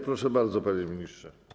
Proszę bardzo, panie ministrze.